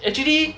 actually